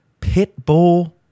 Pitbull